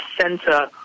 center